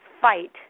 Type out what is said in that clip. fight